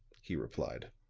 he replied.